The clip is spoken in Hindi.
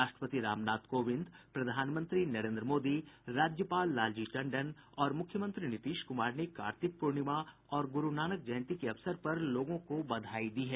राष्ट्रपति रामनाथ कोविंद प्रधानमंत्री नरेन्द्र मोदी राज्यपाल लालजी टंडन और मुख्यमंत्री नीतीश कुमार ने कार्तिक पूर्णिमा और गुरूनानक जयंती के अवसर पर लोगों को बधाई है